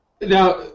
now